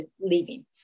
leaving